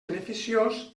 beneficiós